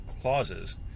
clauses